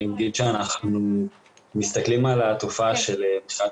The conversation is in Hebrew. אגיד שאנחנו מסתכלים על התופעה של מכירת